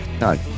No